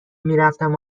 میرفتم